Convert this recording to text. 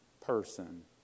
person